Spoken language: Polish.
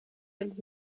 jak